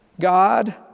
God